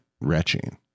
retching